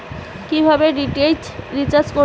কিভাবে DTH recharge করব?